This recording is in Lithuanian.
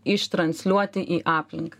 ištransliuoti į aplinką